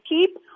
keep